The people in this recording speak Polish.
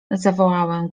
zawołałem